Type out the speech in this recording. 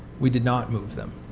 we did not move them.